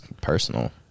personal